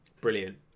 Brilliant